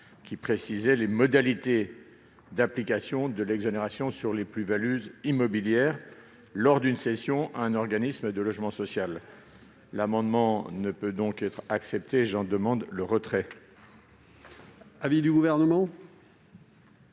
qui précise les modalités d'application de l'exonération sur les plus-values immobilières lors d'une cession à un organisme de logement social. L'amendement ne peut donc être accepté. J'en demande le retrait.